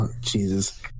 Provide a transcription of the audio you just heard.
jesus